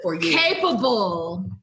capable